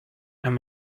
and